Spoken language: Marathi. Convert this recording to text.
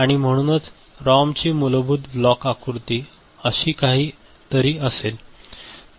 आणि म्हणूनच रॉमची मूलभूत ब्लॉक आकृती अशी काहीतरी असेल